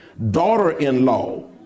Daughter-in-law